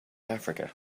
africa